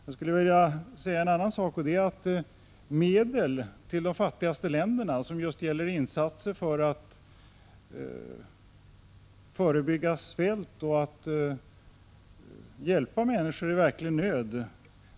Det finns anledning att konstatera att det förekommer mycket hyckleri i debatten om biståndsmålen, när man enbart vill uttrycka biståndets storlek i termen anslag.